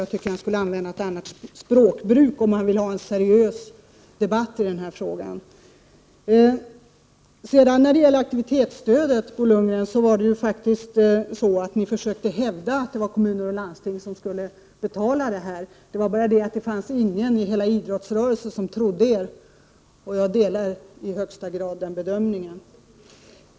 Jag tycker att han borde ha ett annat språkbruk, om han nu vill föra en seriös debatt i denna fråga. När det gäller aktivitetsstödet, Bo Lundgren, hävdade ni moderater faktiskt att det var kommuner och landsting som skulle betala. Det var bara det att ingen i hela idrottsrörelsen trodde er. Jag delar i högsta grad den bedömningen.